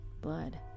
blood